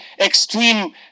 extreme